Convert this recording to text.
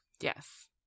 Yes